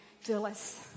Phyllis